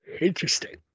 Interesting